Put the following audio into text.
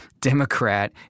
Democrat